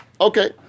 Okay